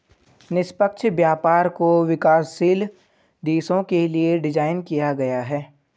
निष्पक्ष व्यापार को विकासशील देशों के लिये डिजाइन किया गया है